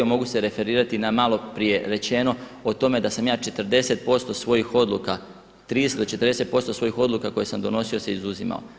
Mogu se referirati na malo prije rečeno o tome da sam ja 40% svojih odluka, 30 do 40% svojih odluka koje sam donosio se izuzimao.